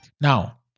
Now